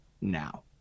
now